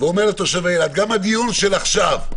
ואומר לתושבי אילת: גם הדיון עכשיו,